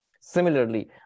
Similarly